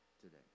today